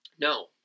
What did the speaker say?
No